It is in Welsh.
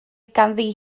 ganddi